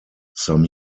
some